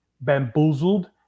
bamboozled